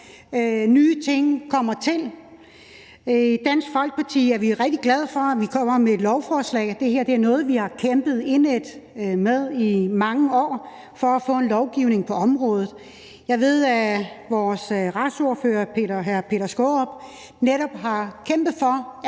nye ting kommer til. I Dansk Folkeparti er vi rigtig glade for, at man kommer med et lovforslag. Det her er noget, vi har kæmpet indædt for i mange år, altså at få en lovgivning på området. Jeg ved, at vores retsordfører, hr. Peter Skaarup, netop har kæmpet for,